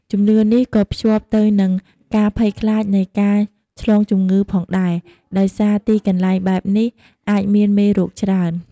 ជំនឿនេះក៏ភ្ជាប់ទៅនឹងការភ័យខ្លាចនៃការឆ្លងជំងឺផងដែរ ដោយសារទីកន្លែងបែបនេះអាចមានមេរោគច្រើន។